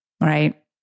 right